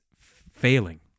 failing